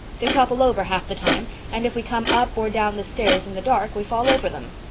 they topple over half the time and if we come up or down the stairs in the dark we fall over them.